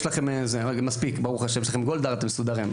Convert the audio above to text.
יש לכם מספיק, אתם מסודרים.